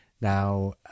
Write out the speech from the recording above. Now